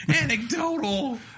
Anecdotal